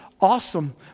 Awesome